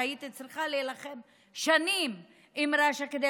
שהייתי צריכה שנים להילחם עם רש"א כדי